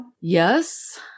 Yes